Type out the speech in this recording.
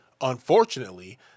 unfortunately